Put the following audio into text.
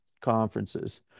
conferences